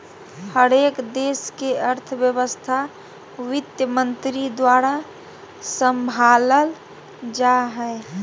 हरेक देश के अर्थव्यवस्था वित्तमन्त्री द्वारा सम्भालल जा हय